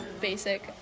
Basic